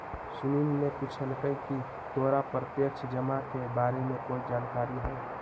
सुनील ने पूछकई की तोरा प्रत्यक्ष जमा के बारे में कोई जानकारी हई